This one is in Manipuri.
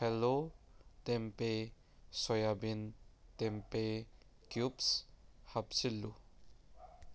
hello tempeh soybean tempeh cubes ꯍꯥꯞꯆꯤꯜꯂꯨ